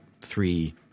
three